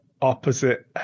opposite